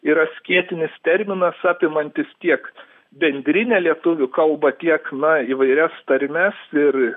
yra skėtinis terminas apimantis tiek bendrinę lietuvių kalbą tiek na įvairias tarmes ir